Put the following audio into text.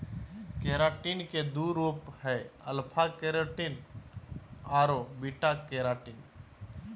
keratin के दो रूप हइ, अल्फा केराटिन आरो बीटा केराटिन